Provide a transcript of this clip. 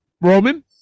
Roman